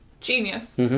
genius